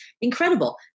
Incredible